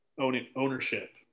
ownership